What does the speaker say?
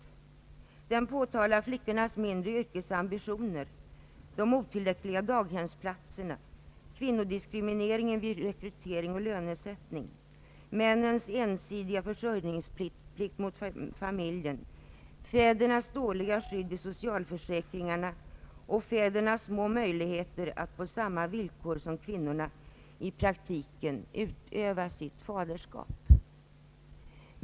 Rapporten påtalar flickornas lägre yrkesambitioner, de otillräckliga daghemsplatserna, kvinnodiskrimineringen vid rekrytering och lönesättning, männens ensidiga försörjningsplikt mot familjen, fädernas dålika skydd i socialförsäkringarna och fädernas små möjligheter att i praktiken utöva sitt faderskap på samma villkor som mödrarna.